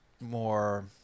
more